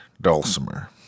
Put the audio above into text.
dulcimer